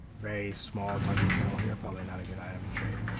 very small donchian channel here probably not a good item to trade.